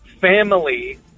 Family